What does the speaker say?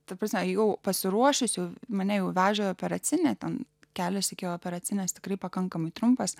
ta prasme jau pasiruošusiu mane jau veža į operacinę ten kelias iki operacinės tikrai pakankamai trumpas